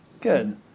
Good